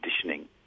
conditioning